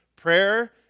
Prayer